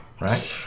Right